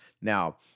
Now